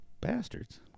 Bastards